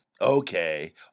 Okay